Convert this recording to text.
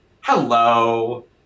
Hello